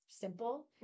simple